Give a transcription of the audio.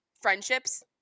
friendships –